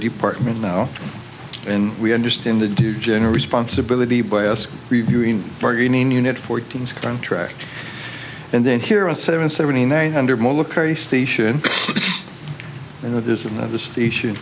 department now and we understand the due general responsibility by us reviewing bargaining unit fourteen's contract and then here at seven seventy nine hundred station you know it isn't of the station